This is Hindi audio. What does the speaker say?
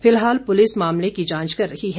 फिलहाल पुलिस मामले की जांच कर रही है